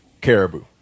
caribou